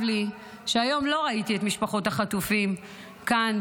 לי שהיום לא ראיתי את משפחות החטופים כאן,